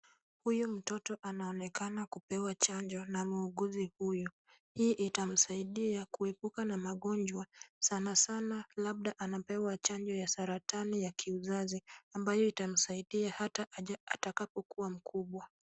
Huyu mtoto anaonekana kupewa chanjo na muuguzi huyo. Hii itamsaidia kuepuka na magonjwa sanasana labda anapewa chanjo ya saratani ya kiuzazi ambayo itamsaidi hata atakapokuwa mkubwa.